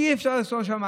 אי-אפשר לנסוע לשם,